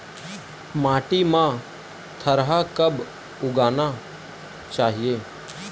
माटी मा थरहा कब उगाना चाहिए?